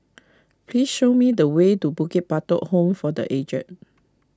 please show me the way to Bukit Batok Home for the Aged